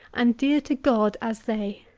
and dear to god, as they!